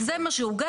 זה מה שהוגש,